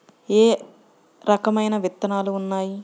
ఏ రకమైన విత్తనాలు ఉన్నాయి?